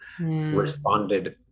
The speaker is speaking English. responded